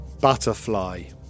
Butterfly